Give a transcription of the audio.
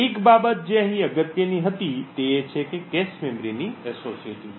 એક બાબત જે અહીં અગત્યની હતી તે એ કે cache મેમરીની એસોસિએટીવિટી